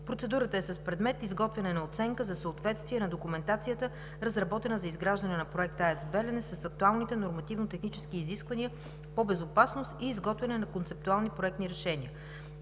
Процедурата е с предмет: „Изготвяне на оценка за съответствие на документацията, разработена за изграждане на Проект АЕЦ „Белене“ с актуалните нормативно-технически изисквания по безопасност и изготвяне на концептуални проектни решения“.